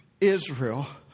Israel